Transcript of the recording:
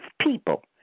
people